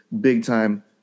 big-time